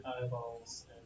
eyeballs